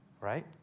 right